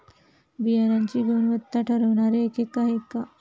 बियाणांची गुणवत्ता ठरवणारे एकक आहे का?